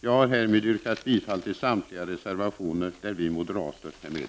Jag har härmed yrkat bifall till samtliga reservationer där vi moderater är med.